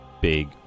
big